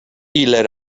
ile